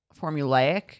formulaic